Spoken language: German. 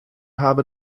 habe